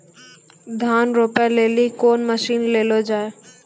धान रोपे लिली कौन मसीन ले लो जी?